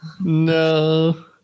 No